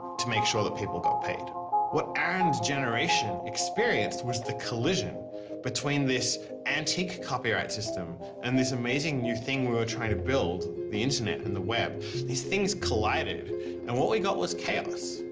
to make sure that people got paid what aaron and generation experienced was the collision between this antique copyright system and this amazing new thing we were trying to build, the internet and the web these things collided and what we got was chaos